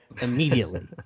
immediately